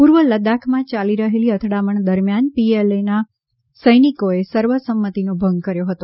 પૂર્વ લદ્દાખમાં યાલી રહેલી અથડામણ દરમિયાન પીએલએના સૈનિકોએ સર્વસંમતિનો ભંગ કર્યો હતો